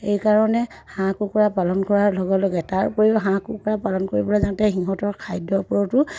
এইকাৰণে হাঁহ কুকুৰা পালন কৰাৰ লগে লগে তাৰ উপৰিও হাঁহ কুকুৰা পালন কৰিবলৈ যাওঁতে সিহঁতৰ খাদ্যৰ ওপৰতো